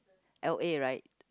L_A right